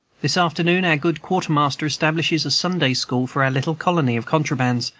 this afternoon our good quartermaster establishes a sunday-school for our little colony of contrabands,